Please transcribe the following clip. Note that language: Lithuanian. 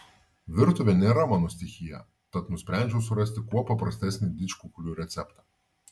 virtuvė nėra mano stichija tad nusprendžiau surasti kuo paprastesnį didžkukulių receptą